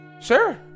Sure